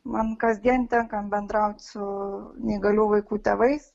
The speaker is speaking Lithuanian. man kasdien tenka bendrauti su neįgalių vaikų tėvais